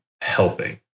helping